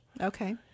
Okay